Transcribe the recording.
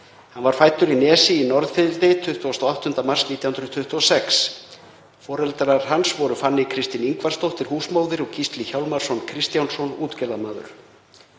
Hann var fæddur í Nesi í Norðfirði 28. mars 1926. Foreldrar hans voru Fanný Kristín Ingvarsdóttir húsmóðir og Gísli Hjálmarsson Kristjánsson útgerðarmaður.